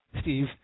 Steve